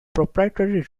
proprietary